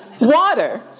water